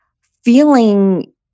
feeling